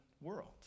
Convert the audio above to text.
world